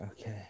Okay